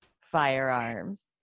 firearms